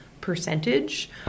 percentage